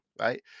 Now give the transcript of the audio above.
right